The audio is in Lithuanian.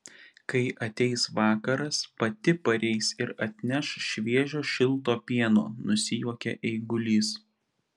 kai ateis vakaras pati pareis ir atneš šviežio šilto pieno nusijuokė eigulys